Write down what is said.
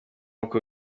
uko